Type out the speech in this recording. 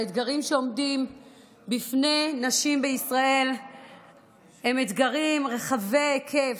האתגרים שעומדים בפני נשים בישראל הם אתגרים רחבי היקף.